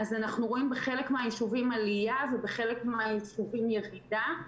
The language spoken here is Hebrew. אנחנו רואים בחלק מהיישובים עלייה ובחלק מהיישובים ירידה.